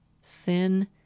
sin